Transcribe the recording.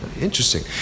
Interesting